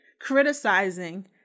criticizing